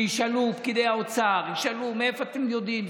פקידי האוצר ישאלו: מאיפה אתם יודעים?